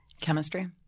Chemistry